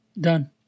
done